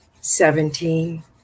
seventeen